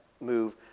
move